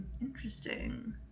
interesting